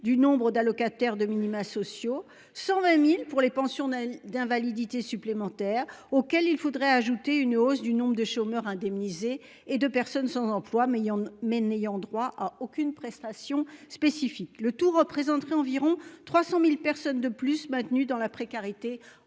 du nombre d'allocataires de minima sociaux, 120.000 pour les pensionnés d'invalidité supplémentaires auxquels il faudrait ajouter une hausse du nombre de chômeurs indemnisés et de personnes sans emploi mais en mais n'ayant droit à aucune prestation spécifique le tout représenterait environ 300.000 personnes de plus maintenus dans la précarité